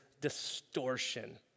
distortion